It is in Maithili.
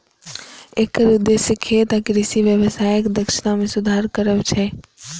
एकर उद्देश्य खेत आ कृषि व्यवसायक दक्षता मे सुधार करब छै